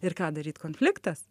ir ką daryt konfliktas